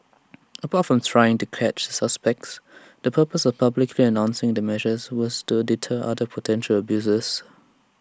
apart from trying to catch the suspects the purpose of publicly announcing the measures was to deter other potential abusers